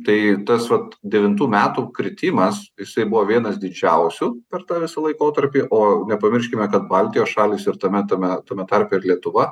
tai tas vat devintų metų kritimas jisai buvo vienas didžiausių per tą visą laikotarpį o nepamirškime kad baltijos šalys ir tame tame tame tarpe ir lietuva